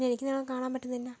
എനിക്ക് നിങ്ങളെ കാണാന് പറ്റുന്നില്ല